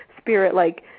spirit-like